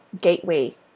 gateway